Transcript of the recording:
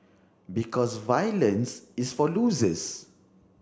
because violence is for losers